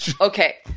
Okay